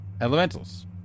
elementals